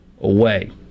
away